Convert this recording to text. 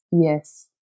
Yes